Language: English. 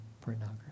pornography